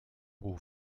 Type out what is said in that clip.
ruf